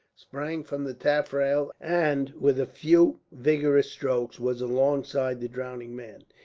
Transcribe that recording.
sprang from the taffrail and, with a few vigorous strokes, was alongside the drowning man.